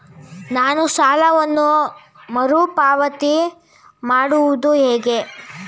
ನಾನು ಸಾಲವನ್ನು ಮರುಪಾವತಿ ಮಾಡುವುದು ಹೇಗೆ?